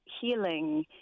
healing